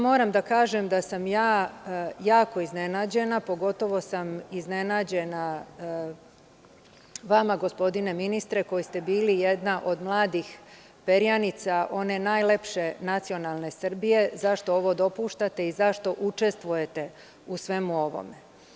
Moram da kažem da sam ja jako iznenađena, pogotovo sam iznenađena vama gospodine ministre koji ste bili jedna od mladih perjanica, one najlepše nacionalne Srbije zašto ovo dopuštate i zašto učestvujete u svemu ovome.